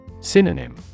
Synonym